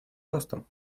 ростом